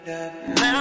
Now